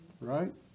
right